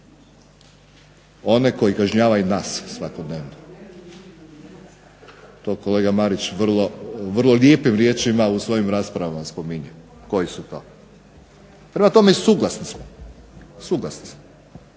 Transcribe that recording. one koji kažnjavaju nas svakodnevno. To kolega Marić vrlo lijepim riječima u svojim raspravama spominje koji su to. Prema tome suglasni smo, ako smo